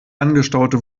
angestaute